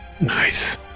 Nice